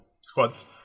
squads